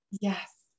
yes